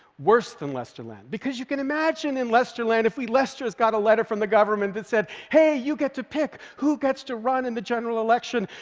worse than lesterland because you can imagine in lesterland if we lesters got a letter from the government that said, hey, you get to pick who gets to run in the general election,